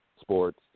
sports